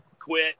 Quit